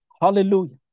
Hallelujah